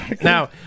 Now